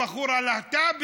או הבחור הלהט"בי,